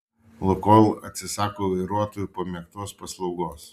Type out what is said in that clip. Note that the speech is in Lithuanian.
lukoil atsisako vairuotojų pamėgtos paslaugos